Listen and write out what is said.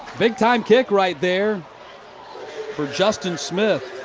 big-time kick right there for justyn smith,